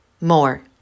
more